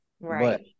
right